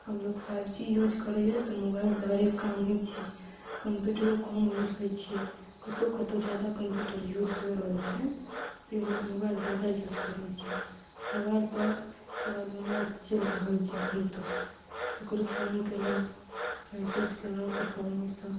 आब लोक five G use करैया तऽ मोबाइल सऽ हरेक काम होइ छै कम्प्यूटरो कम यूज होइ छै कतौ कतौ जादा कम्प्यूटर यूज होइ रहल छै तै लोक मोबाइल जादा यूज करै छै मोबाइल पर सारा दुनिया चलि रहल छै अखन तो केकरो फोन केलौ मैसेज केलौ तऽ फोने सँ